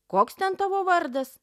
koks ten tavo vardas